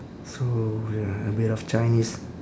so ya a bit of chinese